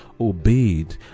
obeyed